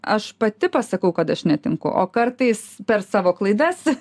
aš pati pasakau kad aš netinku o kartais per savo klaidas